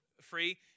free